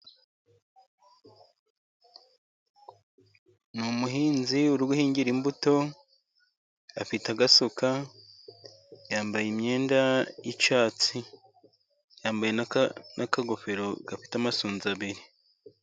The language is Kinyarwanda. Ni umuhinzi uri hingira imbuto. Afite agasuka, yambaye imyenda y'icyatsi, yambaye n'akagofero gafite amasunzu abiri.